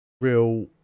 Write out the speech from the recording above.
real